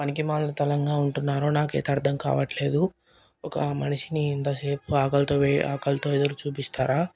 పనికిమాలినతనంగా ఉంటున్నారో నాకు అయితే అర్థం కావట్లేదు ఒక మనిషిని ఇంతసేపు ఆకలితో వె ఆకలితో ఎదురు చూపిస్తారా